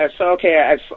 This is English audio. okay